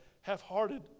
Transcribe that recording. half-hearted